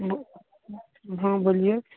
बऽ हाँ बोलिए